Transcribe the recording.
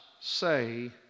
say